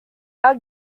our